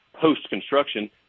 post-construction